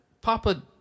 Papa